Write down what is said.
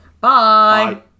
Bye